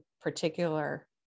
particular